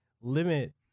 limit